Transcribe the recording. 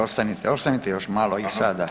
Ostanite, ostanite još malo i sada.